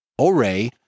Oray